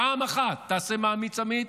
פעם אחת תעשה מעשה אמיץ,